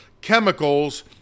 chemicals